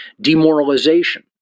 Demoralization